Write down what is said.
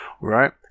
Right